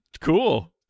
Cool